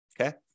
okay